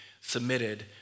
submitted